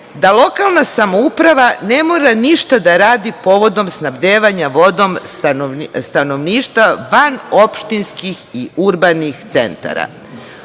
da lokalna samouprava ne mora ništa da radi povodom snabdevanja vodom stanovništva van opštinskih i urbanih centara.